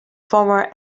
former